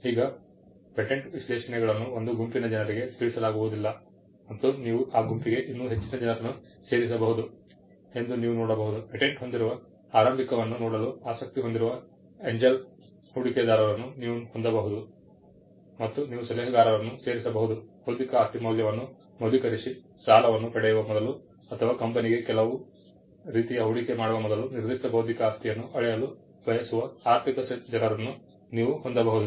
ಈಗ ಪೇಟೆಂಟ್ ವಿಶೇಷಣಗಳನ್ನು ಒಂದು ಗುಂಪಿನ ಜನರಿಗೆ ತಿಳಿಸಲಾಗುವುದಿಲ್ಲ ಮತ್ತು ನೀವು ಆ ಗುಂಪಿಗೆ ಇನ್ನೂ ಹೆಚ್ಚಿನ ಜನರನ್ನು ಸೇರಿಸಬಹುದು ಎಂದು ನೀವು ನೋಡಬಹುದು ಪೇಟೆಂಟ್ ಹೊಂದಿರುವ ಆರಂಭಿಕವನ್ನು ನೋಡಲು ಆಸಕ್ತಿ ಹೊಂದಿರುವ ಏಂಜಲ್ ಹೂಡಿಕೆದಾರರನ್ನು ನೀವು ಹೊಂದಬಹುದು ಮತ್ತು ನೀವು ಸಲಹೆಗಾರರನ್ನು ಸೇರಿಸಬಹುದು ಬೌದ್ಧಿಕ ಆಸ್ತಿ ಮೌಲ್ಯವನ್ನು ಮೌಲ್ಯೀಕರಿಸಿ ಸಾಲವನ್ನು ಪಡೆಯುವ ಮೊದಲು ಅಥವಾ ಕಂಪನಿಗೆ ಕೆಲವು ರೀತಿಯ ಹೂಡಿಕೆ ಮಾಡುವ ಮೊದಲು ನಿರ್ದಿಷ್ಟ ಬೌದ್ಧಿಕ ಆಸ್ತಿಯನ್ನು ಅಳೆಯಲು ಬಯಸುವ ಆರ್ಥಿಕ ಜನರನ್ನು ನೀವು ಹೊಂದಬಹುದು